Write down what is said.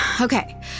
Okay